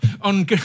on